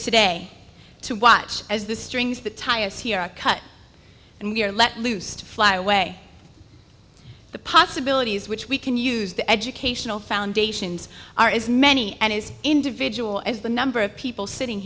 today to watch as the strings the tires here are cut and we are let loose to fly away the possibilities which we can use the educational foundations are as many and as individual as the number of people sitting